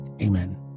Amen